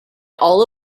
all